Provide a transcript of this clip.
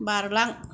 बारलां